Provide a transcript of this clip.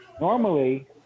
normally